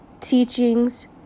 teachings